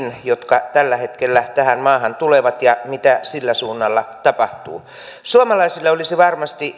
jotka tällä hetkellä tähän maahan tulevat ja mitä sillä suunnalla tapahtuu suomalaisten olisi varmasti